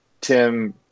Tim